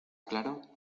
claro